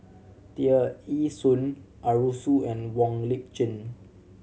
Tear Ee Soon Arasu and Wong Lip Chin